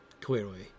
clearly